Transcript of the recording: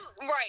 Right